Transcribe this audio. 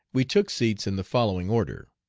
we took seats in the following order,